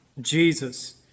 Jesus